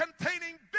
containing